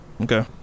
okay